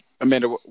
Amanda